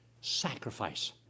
sacrifice